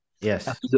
Yes